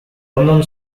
unknown